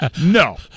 No